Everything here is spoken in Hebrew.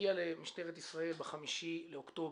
הגיע למשטרת ישראל ב-5 באוקטובר,